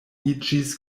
iĝis